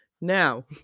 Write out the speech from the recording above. now